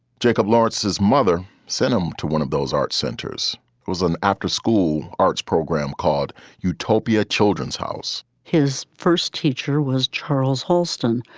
jacob lawrence's mother sent him to one of those arts centers was an after school arts program called utopia children's house his first teacher was charles holston,